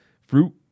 Fruit